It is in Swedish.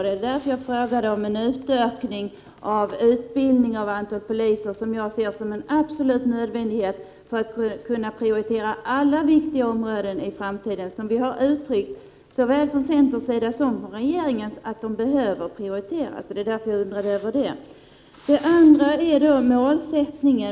Det var därför som jag frågade om en utökning av antalet utbildningsplatser för poliser, vilket jag ser som en absolut nödvändighet för att man i framtiden skall kunna prioritera alla de viktiga områden som såväl centern som regeringen klart angivit bör prioriteras. Det var anledningen till att jag ställde frågan på den punkten. Den andra frågan gäller målsättningen.